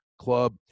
Club